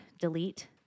delete